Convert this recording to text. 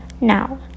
Now